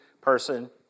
person